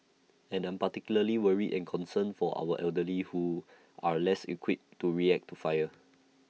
and I'm particularly worried and concerned for our elderly who are less equipped to react to fire